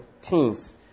teens